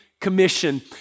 commission